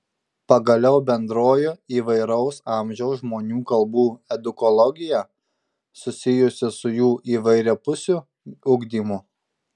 pagaliau bendroji įvairaus amžiaus žmonių kalbų edukologija susijusi su jų įvairiapusiu ugdymu